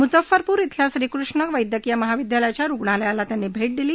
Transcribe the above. मुझफ्फरपूर इथल्या श्रीकृष्णा वैद्यकीय महाविद्यालयाच्या रुग्णालयाला त्यांनी भे दिली